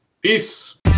Peace